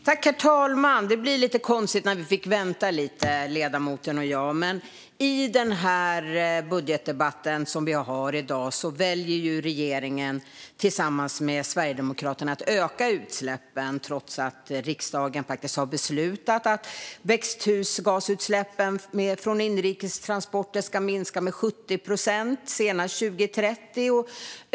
Herr talman! Det blir lite konstigt nu när vi fick vänta lite, ledamoten och jag. Men i den budgetdebatt vi har i dag väljer regeringen tillsammans med Sverigedemokraterna att öka utsläppen trots att riksdagen har beslutat att växthusgasutsläppen från inrikes transporter ska minska med 70 procent till senast 2030.